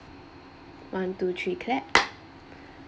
one two three clap